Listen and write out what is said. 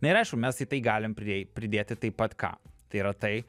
na ir aišku mes į tai galim priei pridėti taip pat ką tai yra tai